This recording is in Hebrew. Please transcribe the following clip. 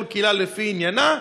כל קהילה לפי עניינה,